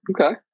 Okay